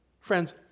Friends